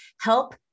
help